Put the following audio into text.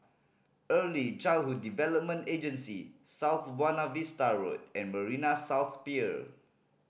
Early Childhood Development Agency South Buona Vista Road and Marina South Pier